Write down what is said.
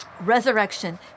resurrection